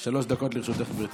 שלוש דקות לרשותך, גברתי.